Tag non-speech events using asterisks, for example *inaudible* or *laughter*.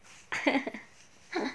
*laughs*